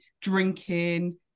drinking